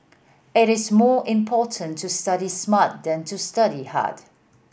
it is more important to study smart than to study hard